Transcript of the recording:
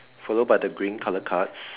followed by the green colour cards